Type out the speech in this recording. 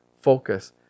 focus